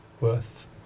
worth